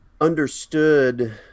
understood